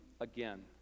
again